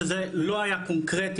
שזה לא היה קונקרטי.